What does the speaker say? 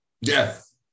yes